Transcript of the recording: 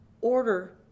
order